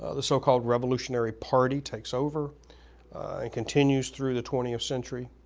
ah the so-called revolutionary party takes over and continues through the twentieth century,